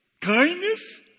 Kindness